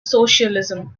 socialism